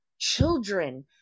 children